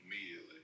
Immediately